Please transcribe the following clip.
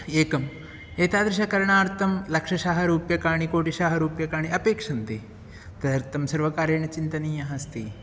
एकम् एतादृशकरणार्थं लक्षशः रूप्यकाणि कोटिशः रूप्यकाणि अपेक्षन्ते तदर्थं सर्वकारेण चिन्तनीयः अस्ति